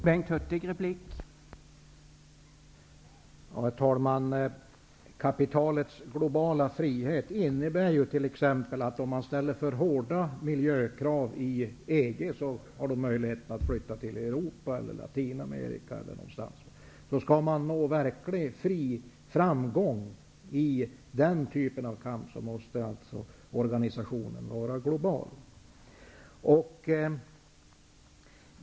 Herr talman! Kapitalets globala frihet innebär t.ex. att om det ställs för hårda miljökrav i EG så kan man flytta till Latinamerika eller någon annanstans. Skall verklig framgång nås i den typen av kamp måste organisationen vara global.